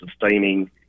sustaining